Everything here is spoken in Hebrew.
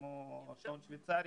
כמו שעון שוויצרי,